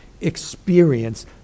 experience